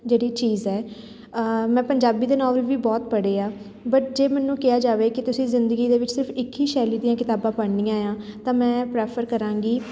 ਜਿਹੜੀ ਚੀਜ਼ ਹੈ ਮੈਂ ਪੰਜਾਬੀ ਦੇ ਨੋਵਲ ਵੀ ਬਹੁਤ ਪੜ੍ਹੇ ਆ ਬਟ ਜੇ ਮੈਨੂੰ ਕਿਹਾ ਜਾਵੇ ਕੀ ਤੁਸੀਂ ਜ਼ਿੰਦਗੀ ਦੇ ਵਿੱਚ ਸਿਰਫ ਇੱਕ ਹੀ ਸ਼ੈਲੀ ਦੀਆਂ ਕਿਤਾਬਾਂ ਪੜ੍ਹਨੀਆਂ ਏ ਆ ਤਾਂ ਮੈਂ ਪ੍ਰੈਫਰ ਕਰਾਂਗੀ